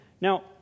Now